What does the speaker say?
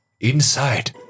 inside